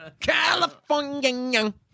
California